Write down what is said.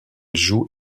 joue